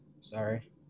sorry